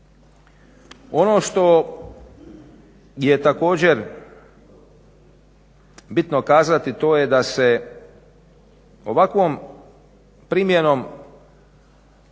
Ono što je također bitno kazati to je da se ovakvom primjenom